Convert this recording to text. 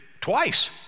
twice